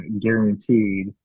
guaranteed